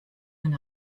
and